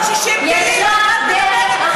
תגידי לי, 460 טילים, על מה את מדברת בכלל?